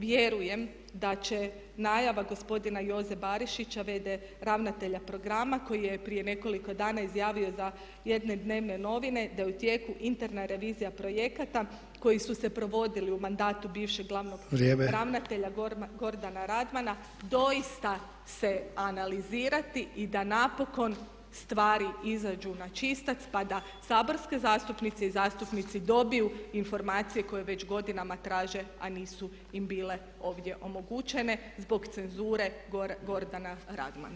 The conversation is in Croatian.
Vjerujem da će najava gospodina Joze Barišića, v.d. ravnatelja programa koji je prije nekoliko dana najavio za jedne dnevne novine, da je u tijeku interna revizija projekata koji su se provodili u mandatu bivšeg glavnog ravnatelja [[Upadica Sanader: Vrijeme.]] Gordana Radmana doista se analizirati i da napokon stvari izađu na čistac, pa da saborske zastupnice i zastupnici dobiju informacije koje već godinama traže a nisu im bile ovdje omogućene zbog cenzure Gordana Radmana.